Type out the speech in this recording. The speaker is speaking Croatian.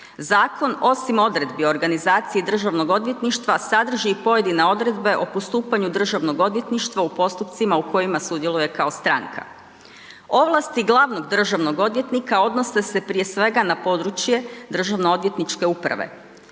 Zakon osim odredbi organizacije Državnog odvjetništva sadrži pojedine odredbe o postupanju Državnog odvjetništva u postupcima u kojima sudjeluje kao stranka. Ovlasti glavnog državnog odvjetnika odnose se prije svega na područje državno-odvjetničke uprave.